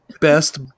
Best